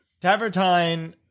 Tavertine